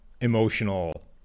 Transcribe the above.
emotional